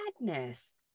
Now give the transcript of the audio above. Madness